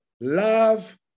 Love